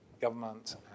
government